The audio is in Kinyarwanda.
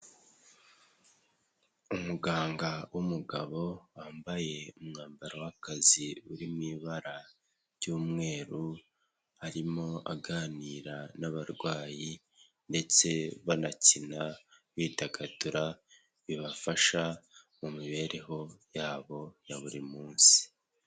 Umuganga w'umugabo wambaye umwambaro w'akazi uri mu ibara ry'umweru, arimo aganira n'abarwayi ndetse banakina bidagadura, bibafasha mu mibereho yabo ya buri munsi.